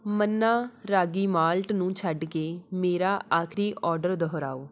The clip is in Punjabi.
ਮੰਨਾ ਰਾਗੀ ਮਾਲਟ ਨੂੰ ਛੱਡ ਕੇ ਮੇਰਾ ਆਖਰੀ ਔਰਡਰ ਦੁਹਰਾਓ